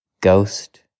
ghost